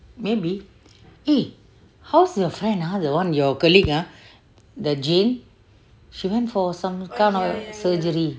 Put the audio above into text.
maybe eh how's your friend ah the one your colleague ah the jane she went for some kind of surgery